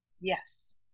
yes